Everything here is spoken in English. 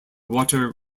water